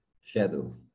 shadow